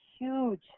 huge